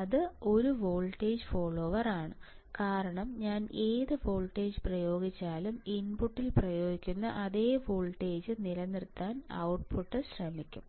അത് ഒരു voltage follower ആണ് കാരണം ഞാൻ ഏത് വോൾട്ടേജ് പ്രയോഗിച്ചാലും ഇൻപുട്ടിൽ പ്രയോഗിക്കുന്ന അതേ വോൾട്ടേജ് നിലനിർത്താൻ ഔട്ട്പുട്ട് ശ്രമിക്കും